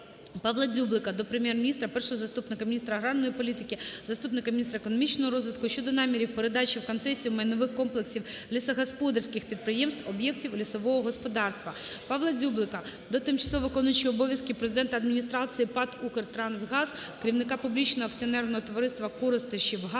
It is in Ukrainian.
Павла Дзюблика до Прем'єр-міністра, першого заступника міністра аграрної політики, заступника міністра економічного розвитку щодо намірів передачі в концесію майнових комплексів лісогосподарських підприємств (об'єктів лісового господарства). Павла Дзюблика до тимчасово виконуючого обов'язки президента Адміністрації ПАТ "УКРТРАНСГАЗ", керівника Публічного акціонерного товариства "Коростишівгаз",